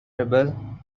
rebel